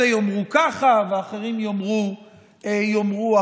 אלה יאמרו כך ואחרים יאמרו אחרת.